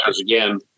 again